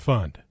Fund